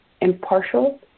impartial